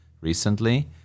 recently